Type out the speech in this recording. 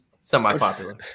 semi-popular